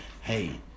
hey